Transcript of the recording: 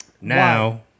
Now